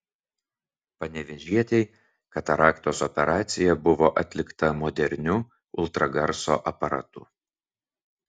panevėžietei kataraktos operacija buvo atlikta moderniu ultragarso aparatu